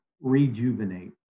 rejuvenate